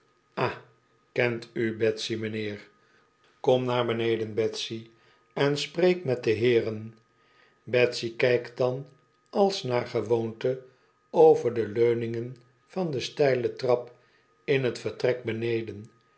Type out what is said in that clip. ah kent u betsy m'nheer kom naar beneden betsy en spreek met de heer en betsy kijkt dan als naar gewoonte over de leuningen van de steile trap in t vertrek beneden